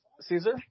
Caesar